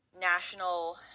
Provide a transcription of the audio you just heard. national